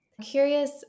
curious